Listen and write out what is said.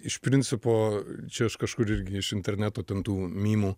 iš principo čia aš kažkur irgi iš interneto ten tų mymų